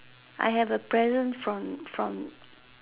I have a present from from